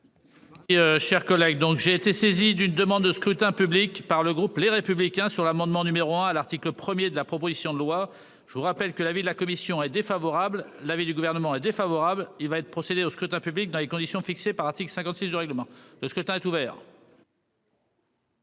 Et chers collègues donc j'ai été saisi d'une demande de scrutin public par le groupe Les Républicains sur l'amendement numéro 1 à l'article 1er de la proposition de loi. Je vous rappelle que l'avis de la commission est défavorable. L'avis du Gouvernement est défavorable, il va être procédé au scrutin public dans les conditions fixées par article 56 du règlement de ce que tu